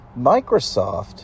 Microsoft